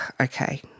okay